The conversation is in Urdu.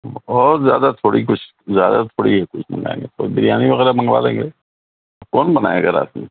بہت زیادہ تھوڑی کچھ زیادہ تھوڑی ہے کچھ منگائیں گے بریانی وغیرہ منگوا لیں گے کون بنائے گا رات میں